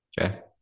Okay